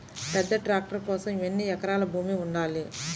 పెద్ద ట్రాక్టర్ కోసం ఎన్ని ఎకరాల భూమి ఉండాలి?